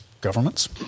governments